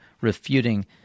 refuting